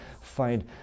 find